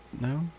no